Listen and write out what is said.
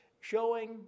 showing